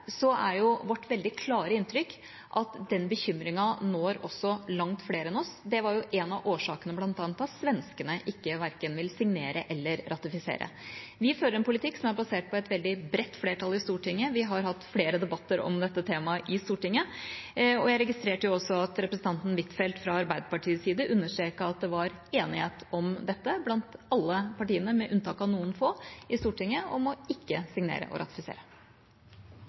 vårt veldig klare inntrykk at den bekymringen når langt flere enn oss. Det var jo bl.a. en av årsakene til at svenskene verken ville signere eller ratifisere. Vi fører en politikk som er basert på et veldig bredt flertall i Stortinget. Vi har hatt flere debatter om dette temaet i Stortinget, og jeg registrerte at representanten Huitfeldt fra Arbeiderpartiets side understreket at det er enighet blant alle partiene i Stortinget, med unntak av noen få, om ikke å undertegne og ratifisere.